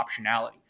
optionality